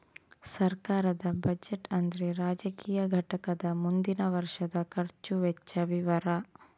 ಸರ್ಕಾರದ ಬಜೆಟ್ ಅಂದ್ರೆ ರಾಜಕೀಯ ಘಟಕದ ಮುಂದಿನ ವರ್ಷದ ಖರ್ಚು ವೆಚ್ಚ ವಿವರ